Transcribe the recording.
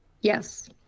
Yes